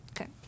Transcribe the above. Okay